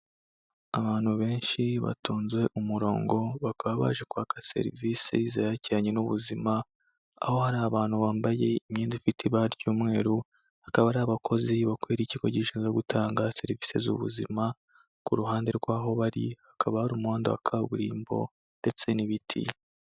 Abantu benshi batonze umurongo bakaba baje kwaka serivisi zerekeranye n'ubuzima. Aho hari abantu bambaye imyenda ifite ibara ry'umweru, akaba ari abakozi bakorera ikigo gishinzwe gutanga serivise z'ubuzima. Ku ruhande rw'aho bari hakaba hari umuhanda wa kaburimbo ndetse n'ibiti.